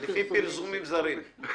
לפי פרסומים זרים.